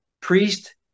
priest